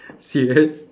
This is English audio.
serious